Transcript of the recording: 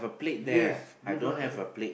yes you don't have